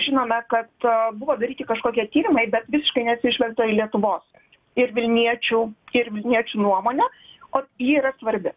žinome kad buvo daryti kažkokie tyrimai bet visiškai neatsižvelgta į lietuvos ir vilniečių ir vilniečių nuomonę o ji yra svarbi